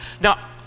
Now